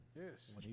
Yes